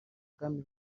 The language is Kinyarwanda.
bwami